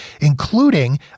including